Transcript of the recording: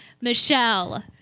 Michelle